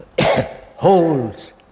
holds